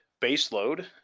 baseload